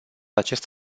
acest